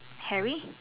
Hairy